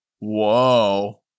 Whoa